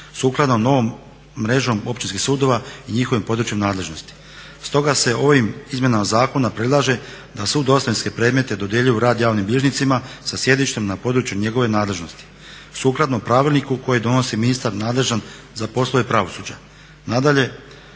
sukladno novom mrežom općinskih sudova i njihovim područjem nadležnosti. Stoga se ovim izmjenama zakona predlaže da sud ostavinske predmete dodjeljuje u rad javnim bilježnicima sa sjedištem na području njegove nadležnosti sukladno pravilniku koji donosi ministar nadležan za poslove pravosuđa.